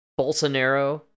Bolsonaro